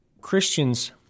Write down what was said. Christians